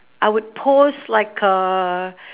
I would pose like a